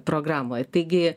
programoj taigi